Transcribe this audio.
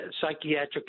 psychiatric